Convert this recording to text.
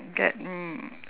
get m~